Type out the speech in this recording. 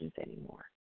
anymore